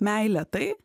meilė tai